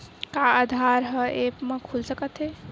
का आधार ह ऐप म खुल सकत हे?